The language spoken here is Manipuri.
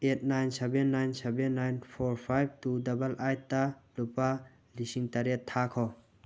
eight nine seven nine seven nine four five two double ꯑꯩꯠꯇ ꯂꯨꯄꯥ ꯂꯤꯁꯤꯡ ꯇꯔꯦꯠ ꯊꯥꯈꯣ